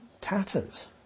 tatters